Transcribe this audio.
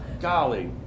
golly